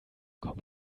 komm